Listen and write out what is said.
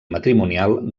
matrimonial